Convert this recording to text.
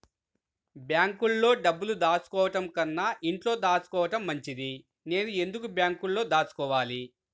బ్యాంక్లో డబ్బులు దాచుకోవటంకన్నా ఇంట్లో దాచుకోవటం మంచిది నేను ఎందుకు బ్యాంక్లో దాచుకోవాలి?